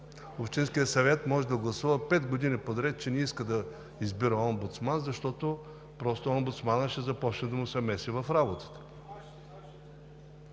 Общинският съвет може да гласува пет години подред, че не иска да избира омбудсман, защото омбудсманът ще започне да му се меси в работата.